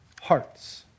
hearts